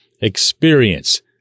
experience